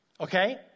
Okay